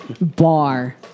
bar